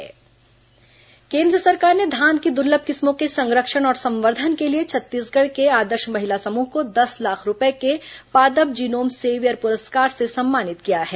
धान किस्म पुरस्कार केन्द्र सरकार ने धान की दुर्लभ किस्मों के संरक्षण और संवर्धन के लिए छत्तीसगढ़ के आदर्श महिला समूह को दस लाख रूपये के पादप जीनोम सेवियर पुरस्कार से सम्मानित किया है